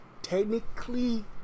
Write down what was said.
Technically